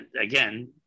again